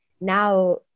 now